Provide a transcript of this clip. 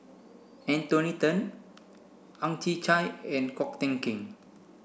Anthony Then Ang Chwee Chai and Ko Teck Kin